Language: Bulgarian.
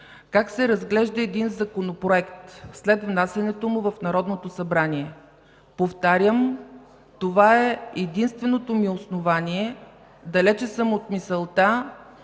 как се разглежда един законопроект след внасянето му в Народното събрание. Повтарям, това е единственото ми основание. Далеч съм от мисълта